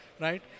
right